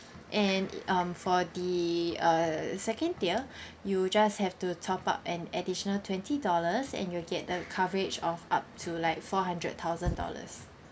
and um for the uh second tier you just have to top up an additional twenty dollars and you'll get the coverage of up to like four hundred thousand dollars